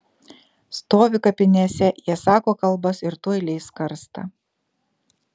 stovi kapinėse jie sako kalbas ir tuoj leis karstą